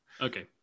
Okay